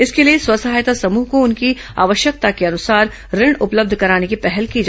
इसके लिए स्व सहायता समूह को उनकी आवश्यकता के अनुसार ऋण उपलब्ध कराने की पहल की जा रही है